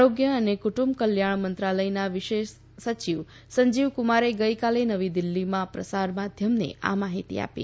આરોગ્ય અને ક્રુટુંબ કલ્યાણ મંત્રાલયના વિશેષ સચિવ સંજીવકુમારે ગઇકાલે નવી દિલ્ફીમાં પ્રસાર માધ્યમને આ માહિતી આપી